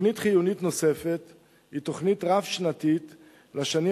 תוכנית חיונית נוספת היא תוכנית רב-שנתית לשנים